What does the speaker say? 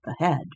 ahead